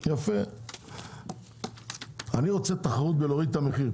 אני רוצה תחרות בהורדת המחיר,